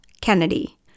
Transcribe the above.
Kennedy